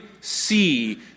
see